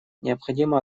необходимо